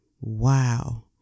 wow